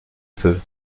peu